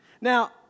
Now